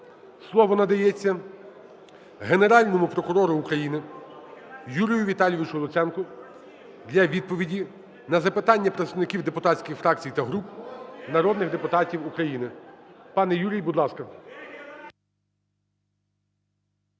слово надається Генеральному прокурору України Юрію Віталійовичу Луценку для відповіді на запитання представників депутатських фракцій та груп, народних депутатів України. Пане Юрій, будь ласка.